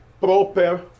proper